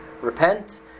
repent